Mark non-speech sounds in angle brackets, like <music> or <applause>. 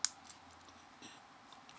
<breath>